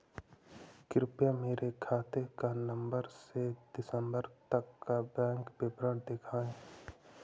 कृपया मेरे खाते का नवम्बर से दिसम्बर तक का बैंक विवरण दिखाएं?